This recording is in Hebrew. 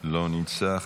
לא נמצא.